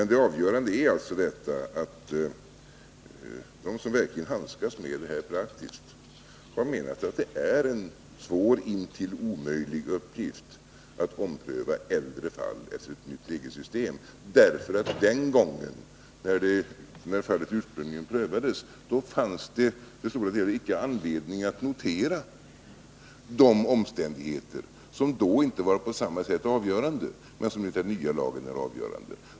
Det avgörande för utskottet har varit att de som praktiskt handskas med de här frågorna menar att det är en svår, näst intill omöjlig uppgift att ompröva äldre fall efter ett nytt regelsystem, därför att då fallet ursprungligen prövades fanns det icke anledning att notera de omständigheter som då icke var på samma sätt avgörande som de är enligt den nya lagen.